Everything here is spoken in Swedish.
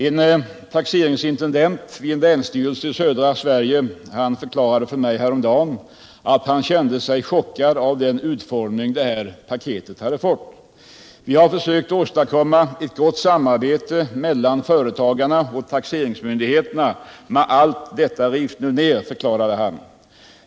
En taxeringsintendent vid en länsstyrelse i södra Sverige förklarade för mig häromdagen att han kände sig chockad av den utformning detta utbildningspaket hade fått. Vi har försökt åstadkomma eu gott samarbete mellan företagarna och taxeringsmyndigheterna, men allt detta rivs nu ner, förklarade han.